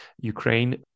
Ukraine